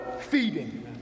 feeding